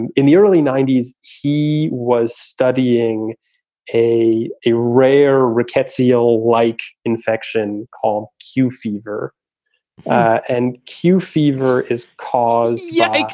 and in the early ninety s. he was studying a a rare roquette seal like infection called q fever and q fever is caused. yeah yikes.